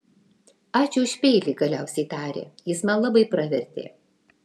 ačiū už peilį galiausiai tarė jis man labai pravertė